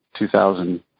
2000